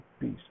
peace